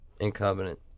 incompetent